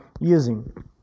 using